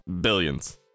billions